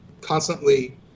constantly